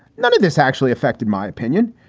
none of this actually affected my opinion.